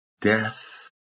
death